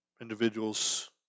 individuals